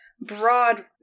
broad